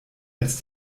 als